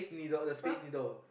!huh!